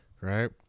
right